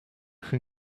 can